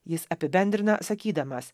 jis apibendrina sakydamas